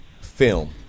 Film